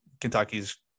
Kentucky's